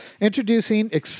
Introducing